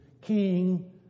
king